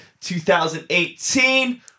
2018